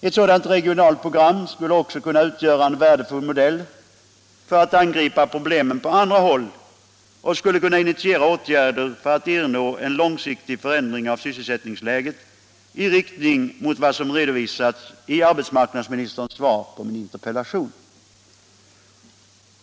Ett sådant regionalt program skulle också kunna utgöra en värdefull modell för att angripa problemen på andra håll och skulle kunna initiera åtgärder för att ernå en långsiktig förändring av sysselsättningsläget i riktning mot vad som redovisas i arbetsmarknadsministerns svar på min interpellation.